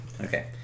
Okay